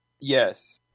Yes